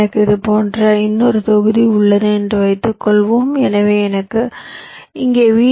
எனக்கு இதுபோன்ற இன்னொரு தொகுதி உள்ளது என்று வைத்துக்கொள்வோம் எனவே எனக்கு இங்கே வி